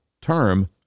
term